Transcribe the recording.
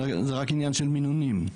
זה רק עניין של מינונים,